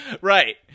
Right